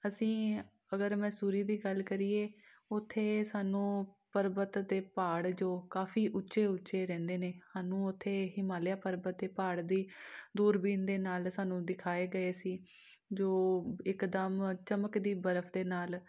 ਅਸੀਂ ਅਗਰ ਮੈਸੂਰੀ ਦੀ ਗੱਲ ਕਰੀਏ ਉੱਥੇ ਸਾਨੂੰ ਪਰਬਤ ਅਤੇ ਪਹਾੜ ਜੋ ਕਾਫ਼ੀ ਉੱਚੇ ਉੱਚੇ ਰਹਿੰਦੇ ਨੇ ਸਾਨੂੰ ਉੱਥੇ ਹਿਮਾਲਿਆ ਪਰਬਤ ਦੇ ਪਹਾੜ ਦੀ ਦੂਰਬੀਨ ਦੇ ਨਾਲ ਸਾਨੂੰ ਦਿਖਾਏ ਗਏ ਸੀ ਜੋ ਇੱਕ ਦਮ ਚਮਕਦੀ ਬਰਫ਼ ਦੇ ਨਾਲ